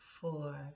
four